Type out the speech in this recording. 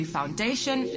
Foundation